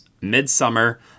Midsummer